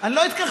אני לא אתכחש.